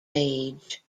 age